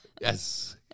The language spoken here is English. yes